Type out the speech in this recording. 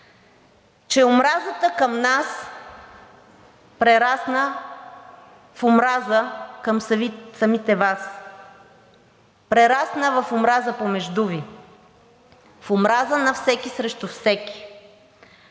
че омразата към нас прерасна в омраза към самите Вас, прерасна в омраза помежду Ви, в омраза на всеки срещу всеки?